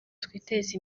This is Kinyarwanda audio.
twiteze